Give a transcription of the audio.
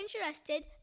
interested